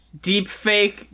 deepfake